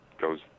goes